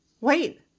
wait